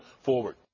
forward